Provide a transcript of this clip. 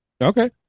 Okay